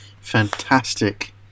fantastic